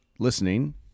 listening